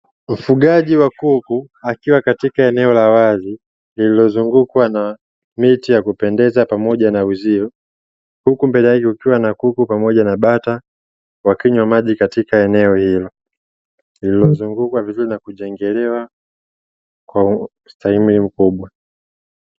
Mfugaji wa kuku akiwa katika eneo la wazi lililozungukwa na miti ya kupendeza pamoja na uzio, huku mbele yake kukiwa na kuku pamoja na bata, wakinywa maji katika eneo hilo lililozungukwa vizuri na kujengelewa kwa ustahimili mkubwa.